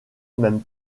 même